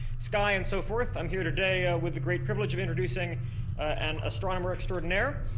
sky and so forth. i'm here today with the great privilege of introducing an astronomer extraordinaire